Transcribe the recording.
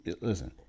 listen